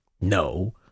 No